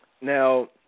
Now